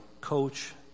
coach